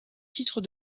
titre